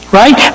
right